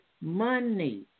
money